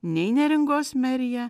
nei neringos merija